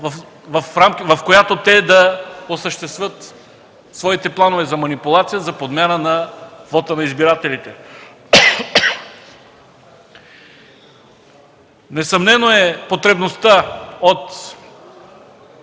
в която те да осъществят своите планове за манипулация, за подмяна на вота на избирателите. Несъмнена е потребността от